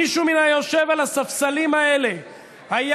מישהו מן היושבים על הספסלים האלה היה